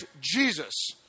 Jesus